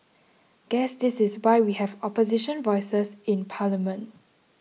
guess this is why we have opposition voices in parliament